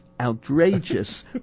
Outrageous